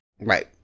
Right